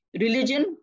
religion